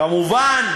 כמובן,